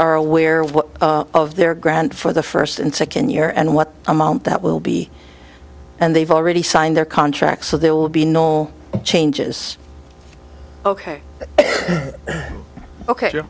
are aware what of their grant for the first and second year and what amount that will be and they've already signed their contract so there will be no changes ok ok